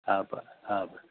हा ब हा भले